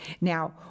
Now